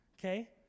Okay